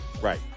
Right